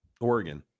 Oregon